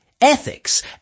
ethics